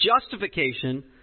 justification